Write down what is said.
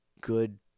good